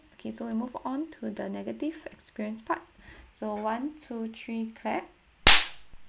okay so we move on to the negative experience part so one two three clap